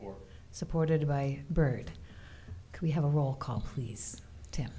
or supported by byrd can we have a roll call please te